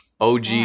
OG